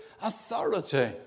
authority